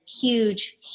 huge